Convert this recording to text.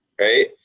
right